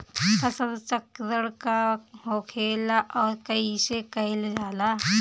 फसल चक्रण का होखेला और कईसे कईल जाला?